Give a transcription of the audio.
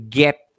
get